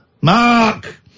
Mark